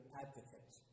advocate